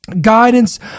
guidance